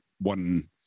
one